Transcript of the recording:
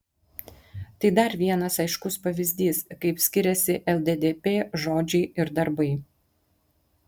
tai dar vienas aiškus pavyzdys kaip skiriasi lddp žodžiai ir darbai